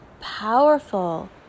powerful